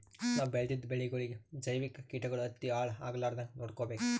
ನಾವ್ ಬೆಳೆದಿದ್ದ ಬೆಳಿಗೊಳಿಗಿ ಜೈವಿಕ್ ಕೀಟಗಳು ಹತ್ತಿ ಹಾಳ್ ಆಗಲಾರದಂಗ್ ನೊಡ್ಕೊಬೇಕ್